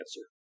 answer